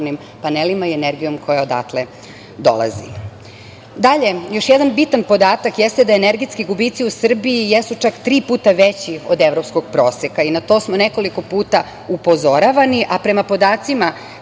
panelima i energijom koja odatle dolazi. Dalje, još jedan bitan podatak jeste da energetski gubici u Srbiji jesu čak tri puta veći od evropskog proseka i na to smo nekoliko puta upozoravani, a prema podacima